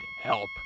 help